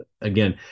again